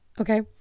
okay